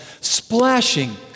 splashing